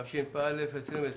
התשפ"א-2020